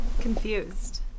Confused